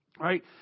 right